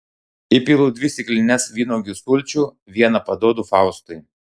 įpilu dvi stiklines vynuogių sulčių vieną paduodu faustui